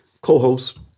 co-host